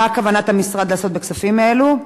מה כוונת המשרד לעשות בכספים אלו?